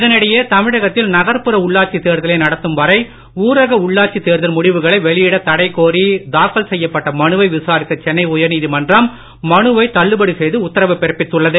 இதனிடையே தமிழகத்தில் நகர்புற உள்ளாட்சி தேர்தலை நடத்தும் வரை ஊரக உள்ளாட்சி தேர்தல் முடிவுகளை வெளியிட தடை கோரி தாக்கல் செய்யப்பட்ட மனுவை விசாரித்த சென்னை உயர்நீதிமன்றம் மனுவை தள்ளுபடி செய்து உத்தரவு பிறப்பித்துள்ளது